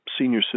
Senior